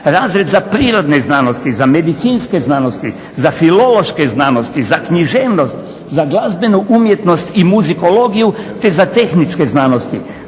razred za prirodne znanosti, za medicinske znanosti, za filološke znanosti, za književnost, za glazbenu umjetnost i muzikologiju, te za tehničke znanosti.